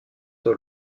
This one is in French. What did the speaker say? dans